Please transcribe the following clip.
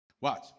Watch